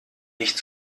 nicht